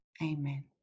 amen